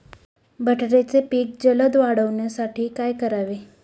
बटाट्याचे पीक जलद वाढवण्यासाठी काय करावे?